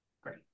Great